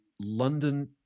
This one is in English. London